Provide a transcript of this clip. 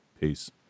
Peace